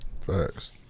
Facts